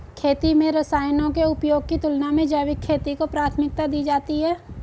खेती में रसायनों के उपयोग की तुलना में जैविक खेती को प्राथमिकता दी जाती है